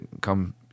come